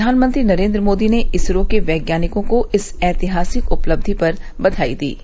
प्रधानमंत्री नरेन्द्र मोदी ने इसरो के वैज्ञानिकों को इस ऐतिहासिक उपलब्धि पर बधाई दी है